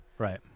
Right